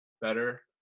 better